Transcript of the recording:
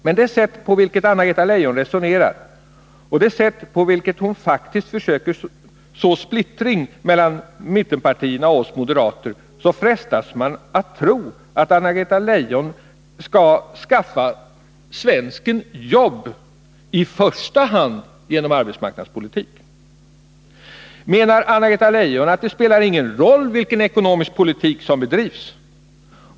Men av det sätt att döma på vilket hon resonerar och det sätt på vilket hon faktiskt försöker så splittring mellan mittenpartierna och oss moderater, så frestas man att tro att hon skall skaffa svensken jobb i första hand genom arbetsmarknadspolitiska åtgärder. Menar Anna-Greta Leijon att det inte spelar någon roll vilken ekonomisk politik som bedrivs?